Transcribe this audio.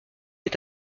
est